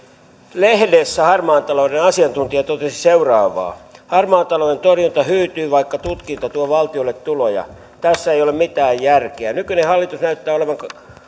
lehdessä harmaan talouden asiantuntija totesi seuraavaa harmaan talouden torjunta hyytyy vaikka tutkinta tuo valtiolle tuloja tässä ei ole mitään järkeä nykyinen hallitus näyttää olevan